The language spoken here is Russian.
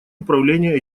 управление